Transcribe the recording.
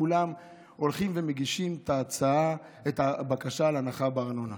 כולם הולכים ומגישים את הבקשה להנחה בארנונה.